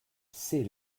c’est